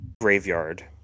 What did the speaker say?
graveyard